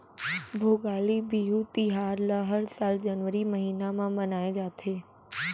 भोगाली बिहू तिहार ल हर साल जनवरी महिना म मनाए जाथे